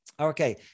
Okay